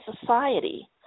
society